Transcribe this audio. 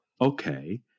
okay